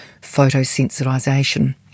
photosensitisation